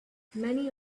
many